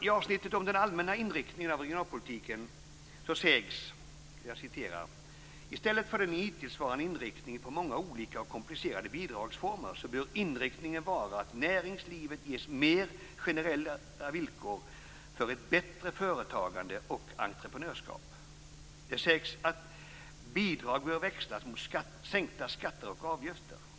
I avsnittet om den allmänna inriktningen av regionalpolitiken sägs det: "I stället för den hittillsvarande inriktningen på många olika och komplicerade bidragsformer bör inriktningen vara att näringslivet ges mera generella villkor för ett bättre företagande och entreprenörskap." Det sägs också: "Bidrag bör växlas mot sänkta skatter och avgifter."